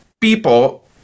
people